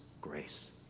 grace